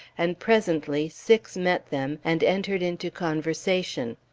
and presently six met them, and entered into conversation.